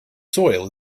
soil